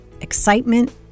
excitement